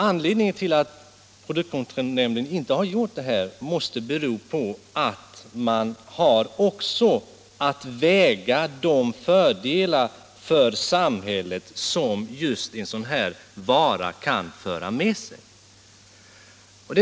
Anledningen till att produktkontrollnämnden inte har gjort detta måste vara att den också har att väga in de fördelar för samhället som användningen av en sådan här vara kan föra med sig.